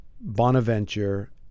Bonaventure